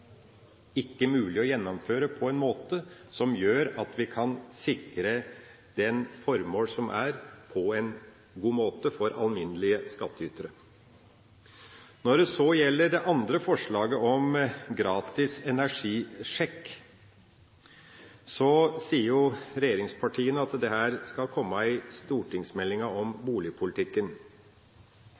på en god måte for alminnelige skattytere. Når det gjelder det andre forslaget om gratis energisjekk, sier regjeringspartiene at dette skal komme i stortingsmeldingen om boligpolitikken.